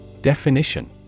Definition